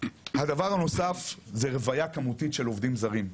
הדבר הנוסף רוויה כמותית של עובדים זרים.